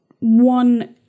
one